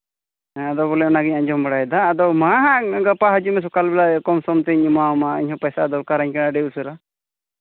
ᱦᱮᱸ ᱟᱫᱚ ᱵᱚᱞᱮ ᱚᱱᱟᱜᱤᱧ ᱟᱸᱡᱚᱢ ᱵᱟᱲᱟᱭᱮᱫᱟ ᱟᱫᱚ ᱢᱟ ᱦᱟᱸᱜ ᱜᱟᱯᱟ ᱦᱤᱡᱩᱜ ᱢᱮ ᱥᱚᱠᱟᱞ ᱵᱮᱞᱟ ᱠᱚᱢ ᱥᱚᱢ ᱛᱤᱧ ᱮᱢᱟᱢᱟ ᱤᱧᱦᱚᱸ ᱯᱚᱭᱥᱟ ᱫᱚᱨᱠᱟᱨᱟᱹᱧ ᱠᱟᱱᱟ ᱟᱹᱰᱤ ᱩᱥᱟᱹᱨᱟ